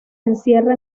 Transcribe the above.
encierra